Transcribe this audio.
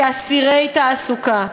כאסירי תעסוקה,